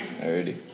Already